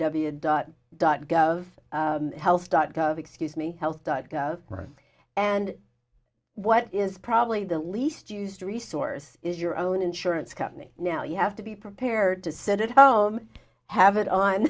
the dot dot gov health dot gov excuse me health dot gov and what is probably the least used resource is your own insurance company now you have to be prepared to sit at home have it on